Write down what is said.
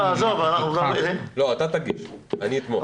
לא, אתה תגיש, אני אתמוך.